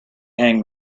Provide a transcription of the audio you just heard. hang